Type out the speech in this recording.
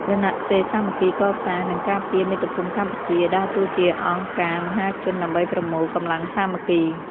រណសិរ្សសាមគ្គីកសាង និងការពារមាតុភូមិកម្ពុជា ដើរតួជាអង្គការមហាជនដើម្បីប្រមូលកម្លាំងសាមគ្គី។